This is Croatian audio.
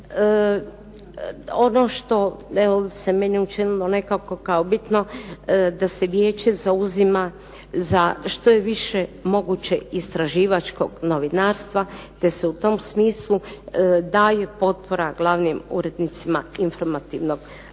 Ono što evo se meni učinilo nekako kao bitno da se Vijeće zauzima za što je više moguće istraživačkog novinarstva te se u tom smislu daje potpora glavnim urednicima informativnog programa.